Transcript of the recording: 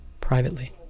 privately